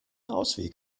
ausweg